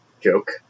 joke